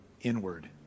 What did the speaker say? inward